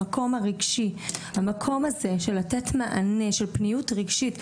המקום הרגשי והמקום הזה של לתת מענה של פניות רגשית.